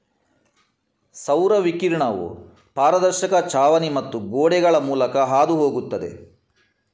ಸೌರ ವಿಕಿರಣವು ಪಾರದರ್ಶಕ ಛಾವಣಿ ಮತ್ತು ಗೋಡೆಗಳ ಮೂಲಕ ಹಾದು ಹೋಗುತ್ತದೆ